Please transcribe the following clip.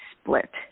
split